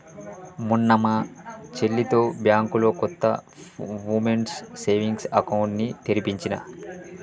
మొన్న మా చెల్లితో బ్యాంకులో కొత్త వుమెన్స్ సేవింగ్స్ అకౌంట్ ని తెరిపించినా